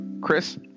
chris